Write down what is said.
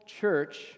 church